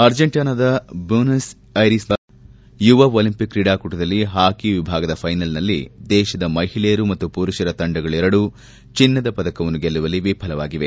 ಅರ್ಜೆಂಟೀನಾದ ಬ್ಲೂನಸ್ ಐರಿಸ್ನಲ್ಲಿ ನಡೆದಿರುವ ಯುವ ಒಲಂಪಿಕ್ ಕ್ರೀಡಾಕೂಟದಲ್ಲಿ ಹಾಕಿ ವಿಭಾಗದ ಫೈನಲ್ಸ್ನಲ್ಲಿ ದೇಶದ ಮಹಿಳೆಯರು ಮತ್ತು ಪುರುಷರ ತಂಡಗಳೆರಡೂ ಚಿನ್ನದ ಪದಕವನ್ನು ಗೆಲ್ಲುವಲ್ಲಿ ವಿಫಲವಾಗಿವೆ